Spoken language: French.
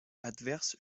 adverse